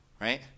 Right